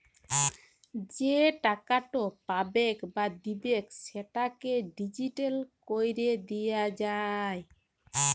যে টাকাট পাবেক বা দিবেক সেটকে ডিলিট ক্যরে দিয়া যায়